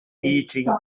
eating